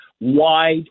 wide